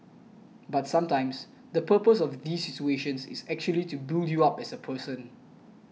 but sometimes the purpose of these situations is actually to build you up as a person